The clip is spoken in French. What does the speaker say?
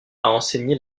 enseigné